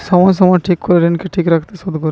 সময় সময় ঠিক করে ঋণকে ঠিক থাকে শোধ করা